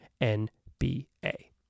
N-B-A